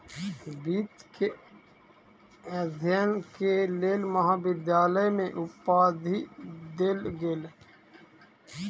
वित्त के अध्ययन के लेल महाविद्यालय में उपाधि देल गेल